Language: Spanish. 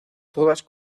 todas